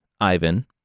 Ivan